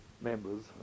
members